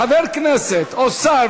חבר כנסת או שר,